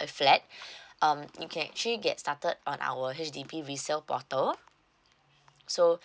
a flat um you can actually get started on our H_D_B resale portal so